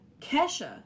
Kesha